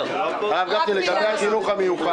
לגבי החינוך המיוחד.